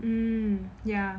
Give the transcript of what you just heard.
mmhmm ya